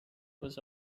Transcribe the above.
was